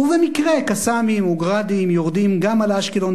ובמקרה "קסאמים" ו"גראדים" יורדים גם על אשקלון,